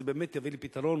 זה באמת יביא לפתרון.